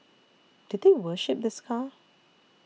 did they worship this car